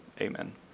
amen